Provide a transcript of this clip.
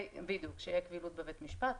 בדיוק, שתהיה קבילות בבית משפט.